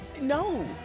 No